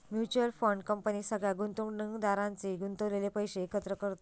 mutual fund company सगळ्या गुंतवणुकदारांचे गुंतवलेले पैशे एकत्र करतत